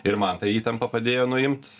ir man tą įtampą padėjo nuimt